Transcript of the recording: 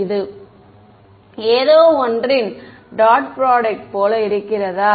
இது ஏதோவொன்றின் dot product போல இருக்கிறதா